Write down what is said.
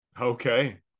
Okay